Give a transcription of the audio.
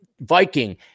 Viking